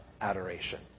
adoration